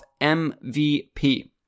MVP